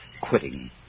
quitting